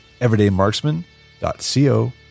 everydaymarksman.co